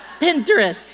Pinterest